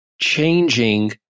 changing